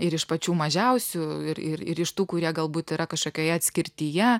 ir iš pačių mažiausių ir ir ir iš tų kurie galbūt yra kažkokioje atskirtyje